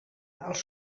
els